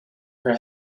her